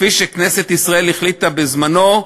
וכפי שכנסת ישראל החליטה בזמנו,